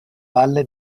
valle